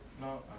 No